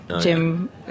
Jim